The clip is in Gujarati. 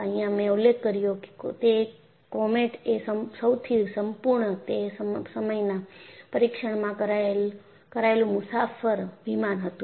અહિયાં મેં ઉલ્લેખ કર્યો છે કે કોમેટએ સૌથી સંપૂર્ણ તે સમયના પરીક્ષણમાં કરાયેલું મુસાફર વિમાન હતું